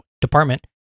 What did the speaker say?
department